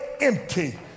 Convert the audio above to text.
empty